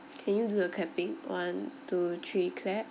can you do the clapping one two three clap